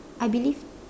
I believe